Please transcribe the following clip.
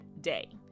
day